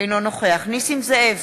אינו נוכח נסים זאב,